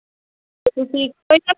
ਅਤੇ ਤੁਸੀਂ ਕੋਈ ਨਾ